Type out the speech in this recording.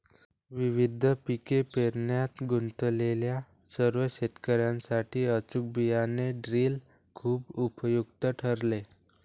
विविध पिके पेरण्यात गुंतलेल्या सर्व शेतकर्यांसाठी अचूक बियाणे ड्रिल खूप उपयुक्त ठरेल